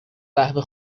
قهوه